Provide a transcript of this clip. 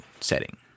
setting